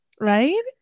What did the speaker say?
right